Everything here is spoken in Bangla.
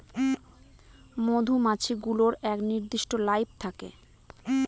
মধুমাছি গুলোর এক নির্দিষ্ট লাইফ থাকে